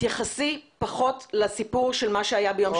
תתייחסי פחות לסיפור של מה שהיה ביום